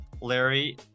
Larry